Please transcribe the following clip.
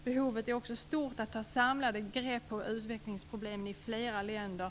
Behovet är också stort att ta samlade grepp på utvecklingsproblemen i flera länder.